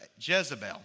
Jezebel